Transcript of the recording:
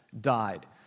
died